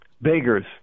beggars